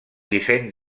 disseny